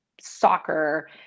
soccer